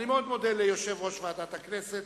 אני מודה מאוד ליושב-ראש ועדת הכנסת,